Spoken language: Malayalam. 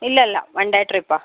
ഇല്ല അല്ല വൺ ഡേ ട്രിപ്പ് ആണ്